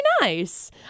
nice